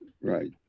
right